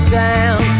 down